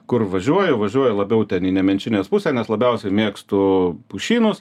kur važiuoju važiuoju labiau ten į nemenčinės pusę nes labiausia mėgstu pušynus